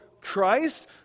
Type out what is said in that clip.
Christ